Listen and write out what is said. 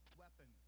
weapon